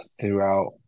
throughout